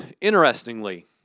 interestingly